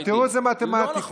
התירוץ זה מתמטיקה.